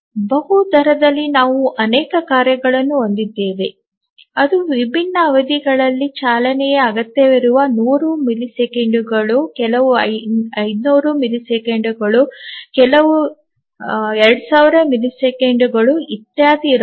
ಬಹು ದರದಲ್ಲಿ ನಾವು ಅನೇಕ ಕಾರ್ಯಗಳನ್ನು ಹೊಂದಿದ್ದೇವೆ ಅದು ವಿಭಿನ್ನ ಅವಧಿಗಳಲ್ಲಿ ಚಾಲನೆಯ ಅಗತ್ಯವಿರುತ್ತದ 100 ಮಿಲಿಸೆಕೆಂಡುಗಳು ಕೆಲವು 500 ಮಿಲಿಸೆಕೆಂಡುಗಳು ಕೆಲವು 2000 ಮಿಲಿಸೆಕೆಂಡುಗಳು ಇತ್ಯಾದಿ ಇರಬಹುದು